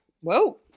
Whoa